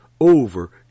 over